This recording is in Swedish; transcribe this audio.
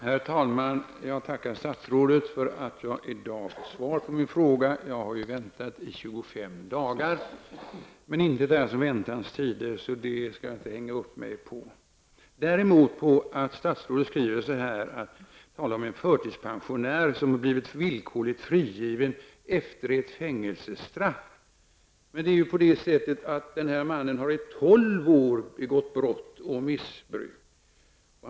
Herr talman! Jag tackar statsrådet för att jag i dag fått svar på min fråga, jag har ju väntat i 25 dagar. Men intet är som väntans tider, och jag skall därför inte hänga upp mig på det. Det gör jag däremot på att statsrådet i sitt svar talar om en förtidspensionär som blivit villkorligt frigiven efter ett fängelsestraff. Denne man har i tolv år begått brott och missbrukat.